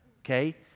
okay